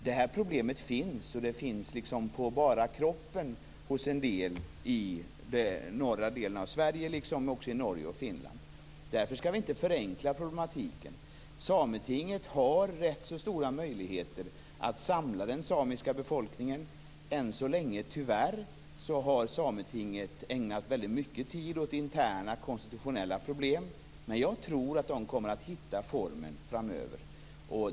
Det här problemet finns, och det finns liksom inpå bara kroppen hos somliga i norra delen av Sverige liksom också i Norge och Finland. Därför skall vi inte förenkla problematiken. Sametinget har rätt så stora möjligheter att samla den samiska befolkningen. Tyvärr har Sametinget än så länge ägnat väldigt mycket tid åt interna konstitutionella problem. Men jag tror att man kommer att hitta formen framöver.